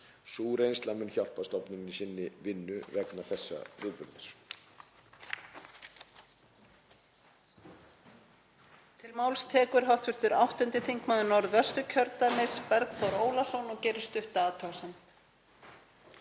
Sú reynsla mun hjálpa stofnuninni í sinni vinnu vegna þessa viðburðar.